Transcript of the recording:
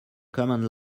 command